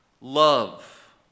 love